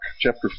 chapter